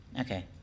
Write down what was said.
okay